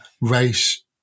race